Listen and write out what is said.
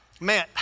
Man